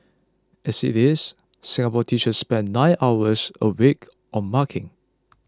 as it is Singapore teachers spend nine hours a week on marking